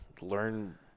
learn